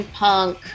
punk